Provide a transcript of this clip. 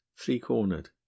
three-cornered